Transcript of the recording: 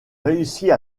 réussit